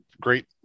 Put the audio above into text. great